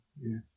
Yes